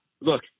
look